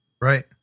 Right